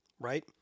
right